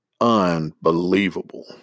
Unbelievable